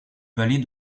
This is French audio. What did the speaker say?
vallée